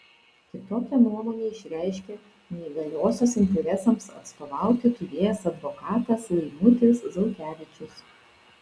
kitokią nuomonę išreiškė neįgaliosios interesams atstovauti turėjęs advokatas laimutis zaukevičius